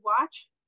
watch